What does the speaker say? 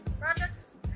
projects